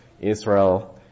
Israel